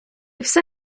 все